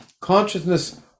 consciousness